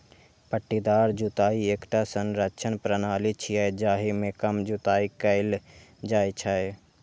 पट्टीदार जुताइ एकटा संरक्षण प्रणाली छियै, जाहि मे कम जुताइ कैल जाइ छै